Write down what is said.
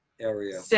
area